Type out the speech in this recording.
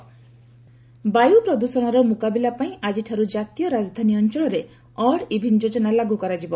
Delhi odd even ବାୟୁ ପ୍ରଦୃଷଣର ମୁକାବିଲା ପାଇଁ ଆଜିଠାରୁ ଜାତୀୟ ରାଜଧାନୀ ଅଞ୍ଚଳରେ ଅଡ୍ ଇଭିନ୍ ଯୋକନା ଲାଗୁ କରାଯିବ